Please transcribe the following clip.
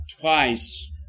twice